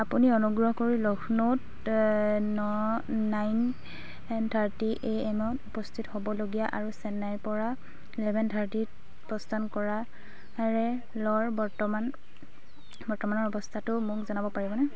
আপুনি অনুগ্ৰহ কৰি লক্ষ্ণৌত ন নাইন থাৰ্টি এ এমত উপস্থিত হ'বলগীয়া আৰু চেন্নাইৰ পৰা ইলেভেন থাৰ্টিত প্ৰস্থান কৰা ৰে'লৰ বৰ্তমান বৰ্তমানৰ অৱস্থাটো মোক জনাব পাৰিবনে